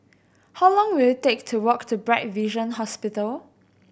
how long will it take to walk to Bright Vision Hospital